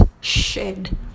shed